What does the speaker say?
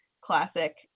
classic